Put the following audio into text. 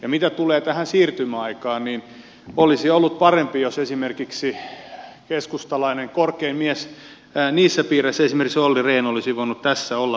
ja mitä tulee tähän siirtymäaikaan niin olisi ollut parempi jos esimerkiksi keskustalainen korkein mies niissä piireissä olli rehn olisi voinut tässä olla vähän avuksi